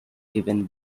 given